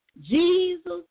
Jesus